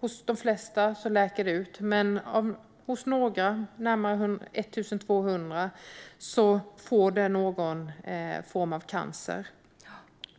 Hos de flesta läker det ut, men några - närmare 1 200 - får någon form av cancer